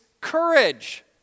courage